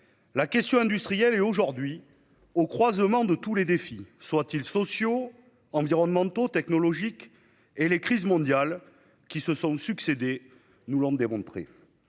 La question industrielle est au croisement de tous les défis- sociaux, environnementaux, technologiques -et les crises mondiales qui se succèdent nous l'ont démontré.